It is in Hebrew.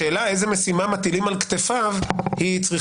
השאלה איזו משימה מטילים על כתפיו צריכה